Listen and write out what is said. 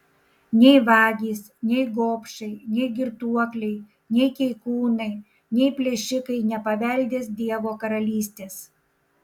nei vagys nei gobšai nei girtuokliai nei keikūnai nei plėšikai nepaveldės dievo karalystės